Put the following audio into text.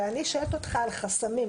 ואני שואלת אותך על חסמים.